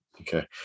Okay